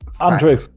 Andrew